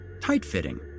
tight-fitting